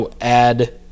add